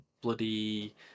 bloody